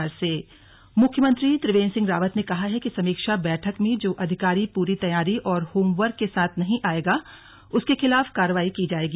slug CM अधिकारी मुख्यमंत्री त्रिवेंद्र सिंह रावत ने कहा है कि समीक्षा बैठक में जो अधिकारी पूरी तैयारी और होमवर्क के साथ नहीं आयेगा उसके खिलाफ कार्रवाई की जाएगी